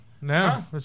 no